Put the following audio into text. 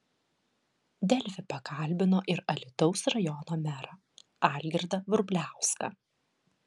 delfi pakalbino ir alytaus rajono merą algirdą vrubliauską